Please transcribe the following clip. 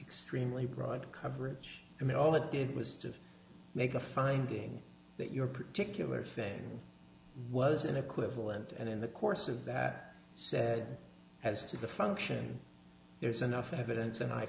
extremely broad coverage and all it did was to make a finding that your particular faith was an equivalent and in the course of that so as to the function there is enough evidence and i